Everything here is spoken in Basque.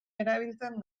erabiltzen